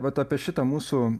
vat apie šitą mūsų